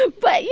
ah but, you